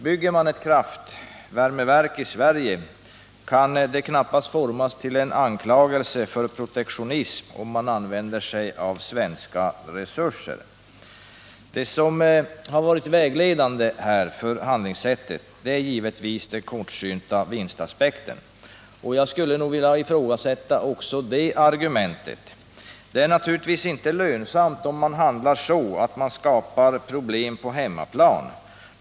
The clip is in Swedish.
Bygger man ett kraftvärmeverk i Sverige, kan det knappast formas till en anklagelse för protektionism om man använder svenska resurser. Det som varit vägledande för handlingssättet är givetvis den kortsynta vinstaspekten, och jag skulle vilja ifrågasätta också det argumentet. Det är naturligtvis inte lönsamt om man handlar så att man skapar problem på hemmaplan.